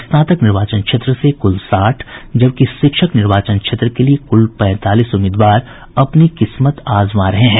स्नातक निर्वाचन क्षेत्र से कुल साठ जबकि शिक्षक निर्वाचन क्षेत्र के लिये कुल पैंतालीस उम्मीदवार अपनी किस्मत आजमा रहे हैं